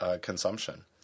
consumption